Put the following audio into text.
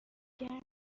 گرم